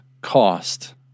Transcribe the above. cost